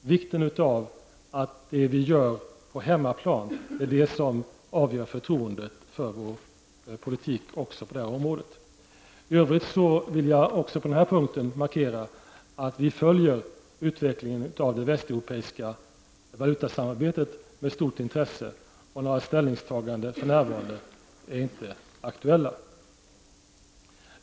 vikten av att det vi gör på hemmaplan är det som avgör förtroendet för vår politik även på det området. I övrigt vill jag även på den punkten markera att vi följer utvecklingen av det västeuropeiska valutasamarbetet med stort intresse. Några ställningstaganden för närvarande är inte aktuella.